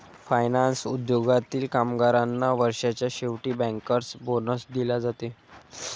finance उद्योगातील कामगारांना वर्षाच्या शेवटी बँकर्स बोनस दिला जाते